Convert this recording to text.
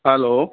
hello